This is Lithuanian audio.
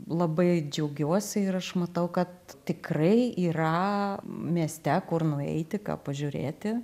labai džiaugiuosi ir aš matau kad tikrai yra mieste kur nueiti ką pažiūrėti